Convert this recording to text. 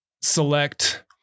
select